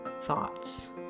thoughts